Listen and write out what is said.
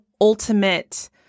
ultimate